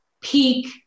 peak